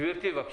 גברתי, בבקשה.